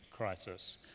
crisis